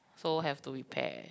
so have to repair